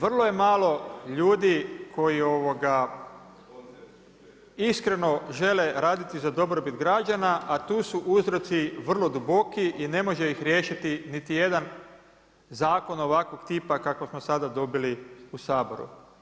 Vrlo je malo ljudi koji iskreno žele raditi za dobrobit građana, a tu su uzroci vrlo duboki i ne može ih riješiti niti jedan zakon ovakvog tipa kakvog smo sad dobili u Saboru.